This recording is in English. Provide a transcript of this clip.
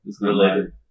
related